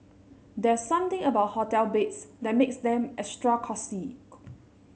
there's something about hotel beds that makes them extra cosy